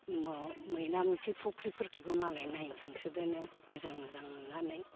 मैनामोथि फुख्रिफोरखोबो मालाय नायनो थांसोदोनो मोजां मोजां नुनानै